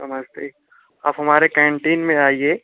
नमस्ते आप हमारे कैंटीन में आइए